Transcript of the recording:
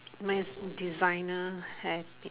mine is designer hair pin